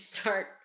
start